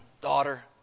daughter